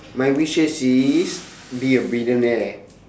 my wishes is be a billionaire